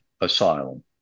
asylum